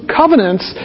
covenants